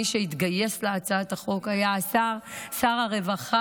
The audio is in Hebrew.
מי שהתגייס להצעת החוק היה שר הרווחה,